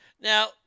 Now